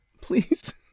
Please